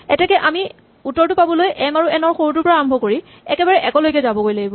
এতেকে আকৌ আমি উত্তৰটো পাবলৈ এম আৰু এন ৰ সৰুটোৰ পৰা একেবাৰে ১ লৈকে যাবগৈ লাগিব